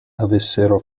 avessero